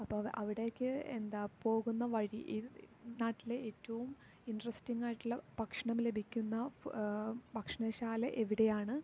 അപ്പോൾ അ അവിടേക്ക് എന്താ പോകുന്ന വഴി ഇൽ നാട്ടിലെ ഏറ്റോം ഇൻട്രസ്റ്റിങ്ങായിട്ടുള്ള ഭക്ഷണം ലഭിക്കുന്ന ഫ ഭക്ഷണശാല എവിടെയാണ്